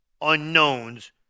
unknowns